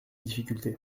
difficultés